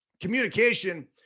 communication